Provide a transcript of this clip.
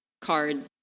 card